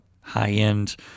high-end